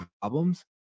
problems